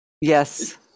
Yes